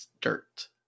dirt